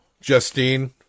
Justine